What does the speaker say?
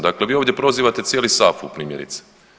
Dakle, vi ovdje prozivate cijeli SAFU primjerice.